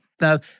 Now